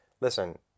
listen